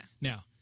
Now